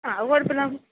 ആ അത് കുഴപ്പമില്ല